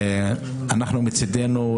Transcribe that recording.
אנחנו מצדנו,